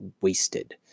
wasted